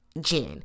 Jen